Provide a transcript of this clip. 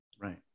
Right